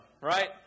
right